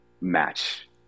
match